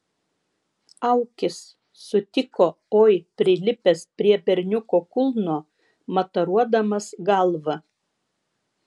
aukis sutiko oi prilipęs prie berniuko kulno mataruodamas galva